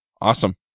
Awesome